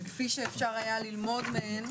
כפי שאפשר היה ללמוד מהם,